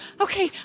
Okay